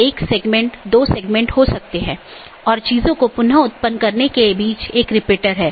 यह BGP का समर्थन करने के लिए कॉन्फ़िगर किया गया एक राउटर है